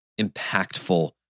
impactful